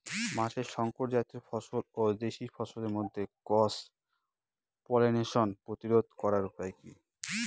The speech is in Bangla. মাঠের শংকর জাতীয় ফসল ও দেশি ফসলের মধ্যে ক্রস পলিনেশন প্রতিরোধ করার উপায় কি?